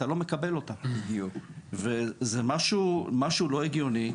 פשוט לא מקבל אותה וזה משהו שהוא בכלל לא הגיוני.